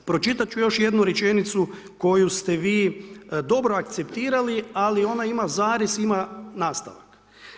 Pročitati ću još jednu rečenicu koju ste vi dobro akceptirali, ali ona ima zarez, ima nastavak.